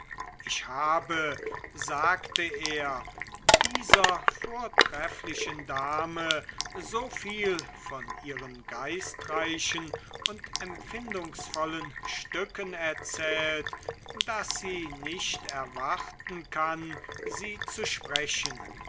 ich habe sagte er dieser vortrefflichen dame so viel von ihren geistreichen und empfindungsvollen stücken erzählt daß sie nicht erwarten kann sie zu sprechen